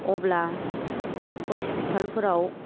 अब्ला हस्पिटालफोराव